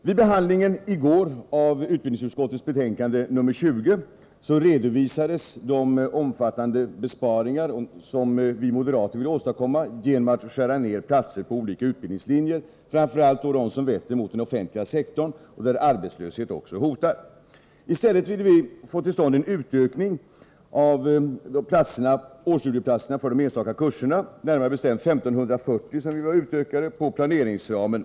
Vid behandlingen i går av utbildningsutskottets betänkande nr 20 redovisades de omfattande besparingar som vi moderater vill åstadkomma genom att skära ner antalet platser på olika utbildningslinjer, framför allt de som vetter mot den offentliga sektorn, där arbetslöshet hotar. I stället vill vi få till stånd en utökning av årsstudieplatserna på de enstaka kurserna, närmare bestämt en ökning med 1 540 platser inom planeringsramen.